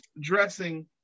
dressing